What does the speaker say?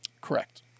Correct